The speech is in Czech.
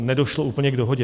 Nedošlo úplně k dohodě.